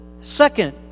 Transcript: second